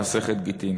במסכת גיטין.